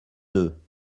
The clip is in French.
deux